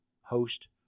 host